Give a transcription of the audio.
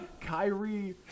Kyrie